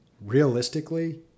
realistically